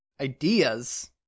Ideas